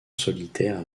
solitaire